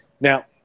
Now